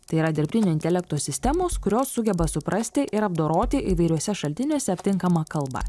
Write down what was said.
tai yra dirbtinio intelekto sistemos kurios sugeba suprasti ir apdoroti įvairiuose šaltiniuose aptinkamą kalbą